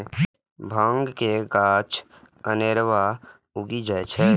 भांग के गाछ अनेरबो उगि जाइ छै